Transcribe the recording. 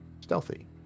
stealthy